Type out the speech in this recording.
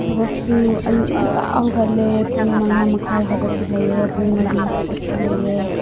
ꯊꯕꯛꯁꯨ ꯑꯌꯨꯛ ꯉꯥꯟꯇꯥ ꯍꯧꯒꯠꯂꯦ ꯄꯨꯡ ꯃꯪꯉꯥ ꯃꯈꯥꯏ ꯍꯧꯒꯠꯄ ꯂꯩꯌꯦ ꯄꯨꯡ ꯃꯔꯤ ꯍꯧꯒꯠꯄ ꯂꯩꯌꯦ